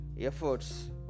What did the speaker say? efforts